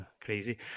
crazy